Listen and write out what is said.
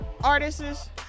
artists